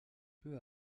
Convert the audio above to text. peu